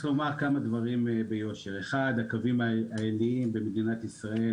לומר כמה דברים ביושר: הקווים העיליים במדינת ישראל,